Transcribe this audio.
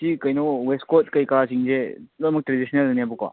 ꯁꯤ ꯀꯩꯅꯣ ꯋꯦꯁꯀꯣꯠ ꯀꯩꯀꯥꯁꯤꯡꯁꯦ ꯂꯣꯏꯅꯃꯛ ꯇ꯭ꯔꯦꯗꯤꯁꯟꯅꯦꯜꯅꯦꯕꯀꯣ